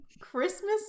Christmas